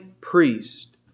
priest